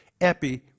epi